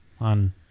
on